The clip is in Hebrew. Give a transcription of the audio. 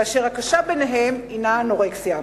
אשר הקשה ביניהן היא האנורקסיה.